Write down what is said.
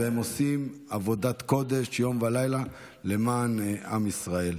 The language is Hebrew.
והם עושים עבודת קודש יום ולילה למען עם ישראל.